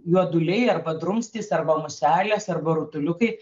juoduliai arba drumstys arba muselės arba rutuliukai